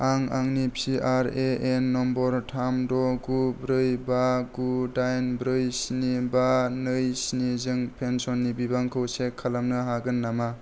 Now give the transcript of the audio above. आं आंनि PRAN number थाम द' गु ब्रै बा गु दाइन ब्रै स्नि बा नै स्निजों पेन्सननि बिबांखौ चेक खालामनो हागोन नामा